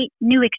new